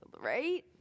right